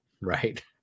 right